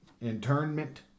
internment